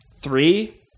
three